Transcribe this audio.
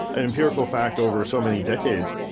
an empirical fact over so many decades.